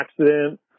accident